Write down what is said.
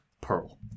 Pearl